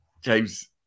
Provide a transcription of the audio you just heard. James